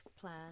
plan